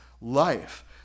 life